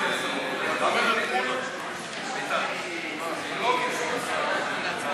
הנושא בסדר-היום של הכנסת נתקבלה.